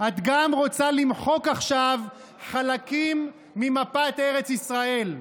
את גם רוצה למחוק עכשיו חלקים ממפת ארץ ישראל.